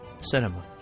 cinema